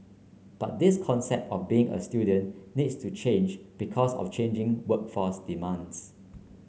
but this concept of being a student needs to change because of changing workforce demands